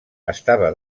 estava